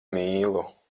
mīlu